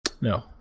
No